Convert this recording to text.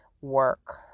work